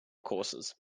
courses